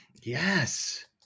Yes